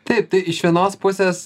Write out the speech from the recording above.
taip tai iš vienos pusės